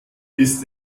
ist